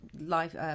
life